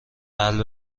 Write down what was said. قلب